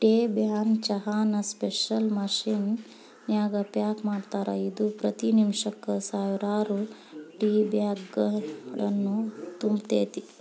tea bag ಚಹಾನ special machine ನ್ಯಾಗ pack ಮಾಡ್ತಾರ, ಇದು ಪ್ರತಿ ನಿಮಿಷಕ್ಕ ಸಾವಿರಾರು ಟೇಬ್ಯಾಗ್ಗಳನ್ನು ತುಂಬತೇತಿ